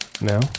No